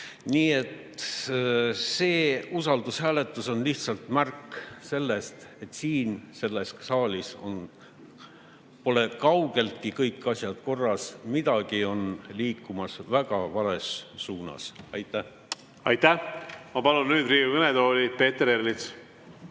Nii et see usaldushääletus on lihtsalt märk sellest, et siin selles saalis pole kaugeltki kõik asjad korras. Midagi on liikumas väga vales suunas. Aitäh! Aitäh! Ma palun nüüd Riigikogu kõnetooli Peeter Ernitsa.